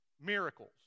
Miracles